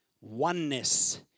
oneness